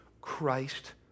Christ